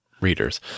readers